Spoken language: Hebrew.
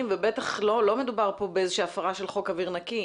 ובטח לא מדובר כאן באיזושהי הפרה של חוק אוויר נקי.